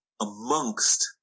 amongst